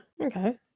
okay